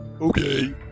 Okay